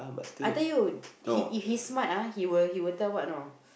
I tell you he if he's smart ah he will he will tell what know